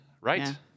Right